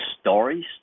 stories